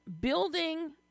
building